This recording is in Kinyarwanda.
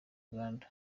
uganda